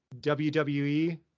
WWE